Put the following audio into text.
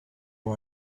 who